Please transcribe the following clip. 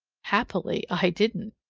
happily i didn't!